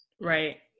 Right